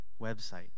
website